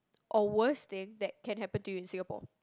or worst thing that can happen to you in Singapore